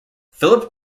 philip